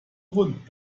rund